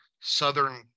Southern